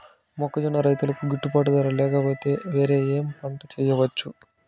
మొక్కజొన్న రైతుకు గిట్టుబాటు ధర లేక పోతే, వేరే ఏమి పంట వెయ్యొచ్చు?